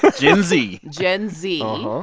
gen z. gen z,